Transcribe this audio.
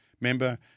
member